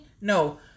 no